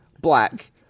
black